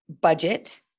budget